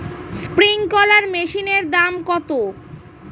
Sprinkler মেশিনের দাম কত?